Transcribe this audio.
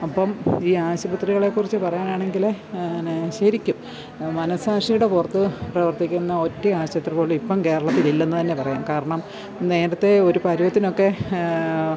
അപ്പം ഈ ആശുപത്രികളെക്കുറിച്ച് പറയാനാണെങ്കിൽ തന്നെ ശരിക്കും മനസ്സാക്ഷിയുടെ പുറത്ത് പ്രവര്ത്തിക്കുന്ന ഒറ്റ ആശുപത്രിപോലും ഇപ്പം കേരളത്തില് ഇല്ലെന്നുതന്നെ പറയാം കാരണം നേരത്തെ ഒരു പരുവത്തിനൊക്കെ